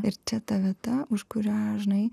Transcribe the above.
ir čia ta vieta už kurią žinai